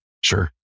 Sure